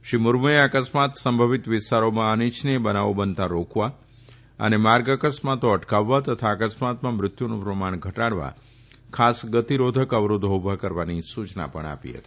શ્રી મુર્મુએ અકસ્માત સંભવિત વિસ્તારોમાં અનિચ્છનીય બનાવો બનતાં રોકવા અને માર્ગ અકસ્માતો અટકાવવા તથા અકસ્માતમાં મૃત્યુનું પ્રમાણ ઘટાડવા ખાસ ગતીરીધક અવરોધો ઉભા કરવાની સુચના પણ આપી હતી